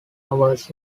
hours